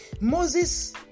Moses